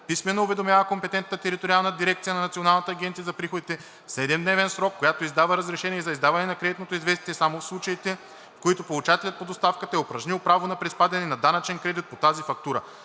писмено уведомява компетентната териториална дирекция на Националната агенция за приходите в 7-дневен срок, която издава разрешение за издаване на кредитното известие само в случаите, в които получателят по доставката е упражнил право на приспадане на данъчен кредит по тази фактура.